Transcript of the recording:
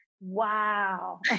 wow